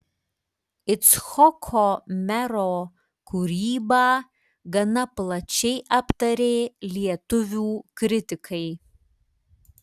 icchoko mero kūrybą gana plačiai aptarė lietuvių kritikai